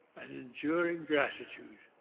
and enduring gratitude,